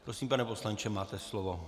Prosím, pane poslanče, máte slovo.